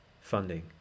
Funding